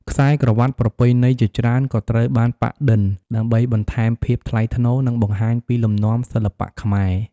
ខ្សែក្រវ៉ាត់ប្រពៃណីជាច្រើនក៏ត្រូវបានប៉ាក់-ឌិន ដើម្បីបន្ថែមភាពថ្លៃថ្នូរ និងបង្ហាញពីលំនាំសិល្បៈខ្មែរ។